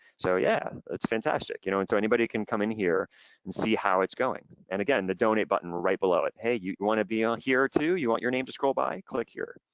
so yeah, that's fantastic you know and so anybody can come in here and see how it's going and again, the donate button right below it. hey, you wanna be on here too, you want your name to scroll by, click here.